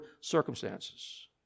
circumstances